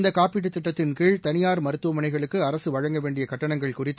இந்த காப்பீட்டுத் திட்டத்தின் கீழ் தனியார் மருத்துவமனைகளுக்கு அரசு வழங்க வேண்டிய கட்டணங்கள் குறித்து